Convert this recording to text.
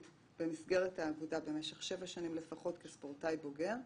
במסגרת האגודה במשך 7 שנים לפחות כספורטאי בוגר,